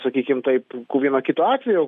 sakykime taip po vieno kito atvejo